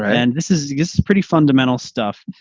and this is this is pretty fundamental stuff.